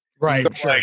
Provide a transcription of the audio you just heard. right